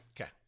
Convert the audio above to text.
Okay